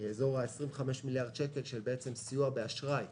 בסביבות 25 מיליארד שקל של סיוע באשראי,